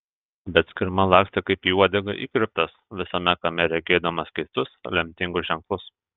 bet skirma lakstė kaip į uodegą įkirptas visame kame regėdamas keistus lemtingus ženklus